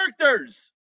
characters